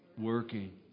working